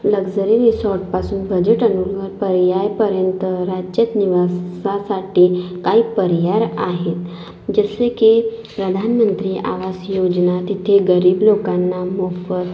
luxury रिसॉर्टपासून budget अनुकूल पर्यायांपर्यंत राज्यात निवासासाठी काय पर्याय आहेत जसे की प्रधानमंत्री आवास योजना तिथे गरीब लोकांना मोफत